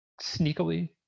sneakily